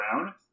Brown